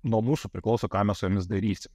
nuo mūsų priklauso ką mes su jomis darysim